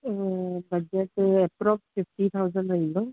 budget जो approx fifty thousand वेंदो